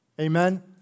Amen